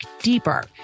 deeper